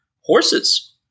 horses